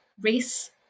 Race